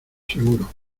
seguro